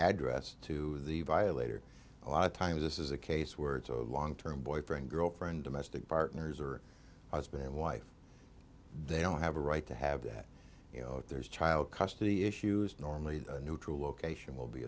address to the violator a lot of times this is a case where it's a long term boyfriend girlfriend domestic partners or husband wife they don't have a right to have that you know if there's child custody issues normally the neutral location will be